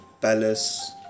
palace